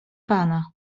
pana